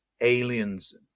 Aliens